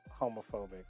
homophobic